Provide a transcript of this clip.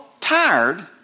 tired